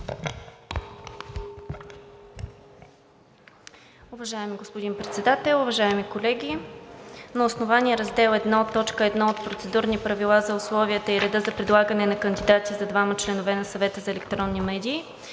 Уважаеми господин Председател, уважаеми колеги! Във връзка с непълнота на приетите процедурни правила за условията и реда за предлагане на кандидати за двама членове на Съвета за електронни медии,